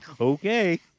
okay